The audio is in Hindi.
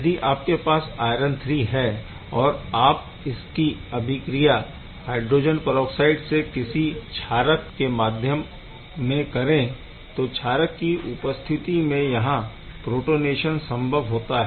यदि आपके पास आयरन III है और आप इसकी अभिक्रिया हाइड्रोजन परऑक्साइड से किसी क्षारक के माध्यम में करें तो क्षारक की उपस्थिति में यहाँ प्रोटोनेशन संभव होता है